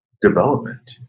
development